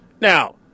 Now